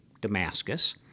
Damascus